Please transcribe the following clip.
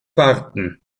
warten